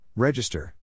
Register